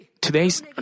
Today's